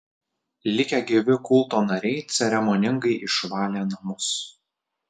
likę gyvi kulto nariai ceremoningai išvalė namus